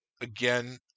again